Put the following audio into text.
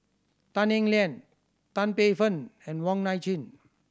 Tan Eng Liang Tan Paey Fern and Wong Nai Chin